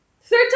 Third